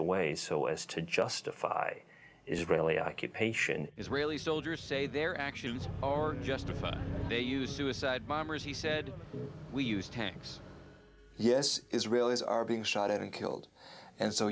a way so as to justify israeli occupation israeli soldiers say their actions are justified they use suicide bombers he said we use tanks yes israelis are being shot at and killed and so